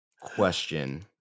question